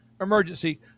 emergency